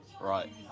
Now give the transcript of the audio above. Right